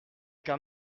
quand